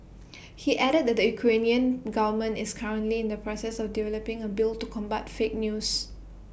he added that Ukrainian government is currently in the process of developing A bill to combat fake news